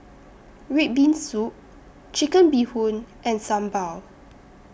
Red Bean Soup Chicken Bee Hoon and Sambal